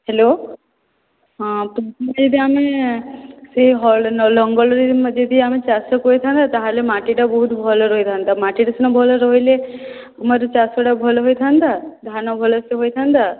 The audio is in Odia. ହ୍ୟାଲୋ ହଁ ଯଦି ଆମେ ସେ ହଳ ଲଙ୍ଗଳ ରେ ଯଦି ଆମେ ଚାଷ କରିଥାନ୍ତେ ତାହେଲେ ମାଟିଟା ବହୁତ ଭଲ ରହିଥାନ୍ତା ମାଟିଟା ସିନା ଭଲ ରହିଲେ ମୂଳରୁ ଚାଷ ଟା ଭଲ ହୋଇଥାନ୍ତା ଧାନ ସବୁ ଭଲ ସେ ହୋଇଥାନ୍ତା